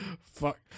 fuck